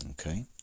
Okay